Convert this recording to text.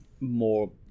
more